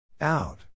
Out